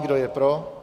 Kdo je pro?